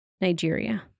Nigeria